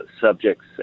subjects